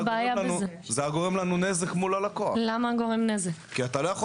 זה חלק מהעלות הנוספת של אותם אלה שמזמינים במשלוח.